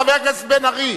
חבר הכנסת רותם.